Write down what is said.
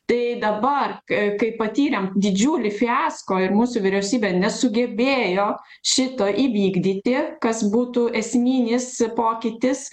tai dabar k kai patyrėm didžiulį fiasko ir mūsų vyriausybė nesugebėjo šito įvykdyti kas būtų esminis pokytis